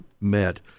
met